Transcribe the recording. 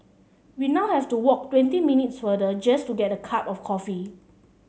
we now have to walk twenty minutes further just to get a cup of coffee